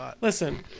Listen